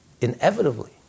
inevitably